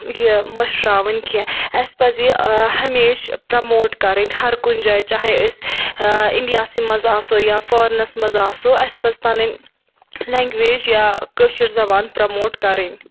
یہِ مٔشراوٕنۍ کیٚنٛہہ اَسہِ پَزِ یہِ ہَمیشہٕ پراموٹ کَرٕنۍ ہَر کُنہِ جایہِ چاہے أسۍ اِنڈیا سی مَنٛز آسو یا فوارنَس منٛز آسو اَسہِ پَزِ پَنٕنۍ لینگویج یا کٲشِر زبان پراموٹ کَرٕنۍ